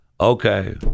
Okay